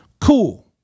cool